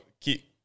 keep